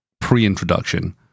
pre-introduction